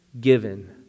given